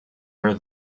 are